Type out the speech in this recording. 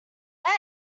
once